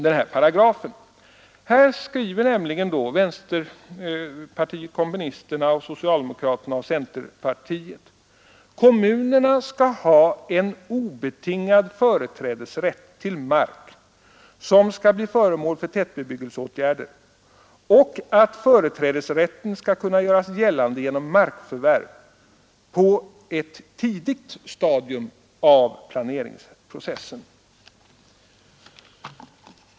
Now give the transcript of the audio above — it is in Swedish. Där skriver nämligen vänsterpartiet kommunisterna, socialdemokraterna och centerpartiet att ”kommunerna skall ha en obetingad företrädesrätt till mark, som skall bli föremål för tätbebyggelseåtgärder, och att företrädesrätten skall kunna göras gällande genom markförvärv på ett tidigt stadium av planeringsprocessen”.